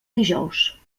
dijous